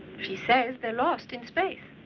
she says they're lost in space.